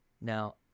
Now